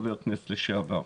חבר הכנסת לשעבר.